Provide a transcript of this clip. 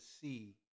see